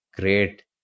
great